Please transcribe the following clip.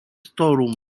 storeroom